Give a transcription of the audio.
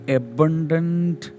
abundant